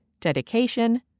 dedication